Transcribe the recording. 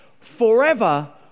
forever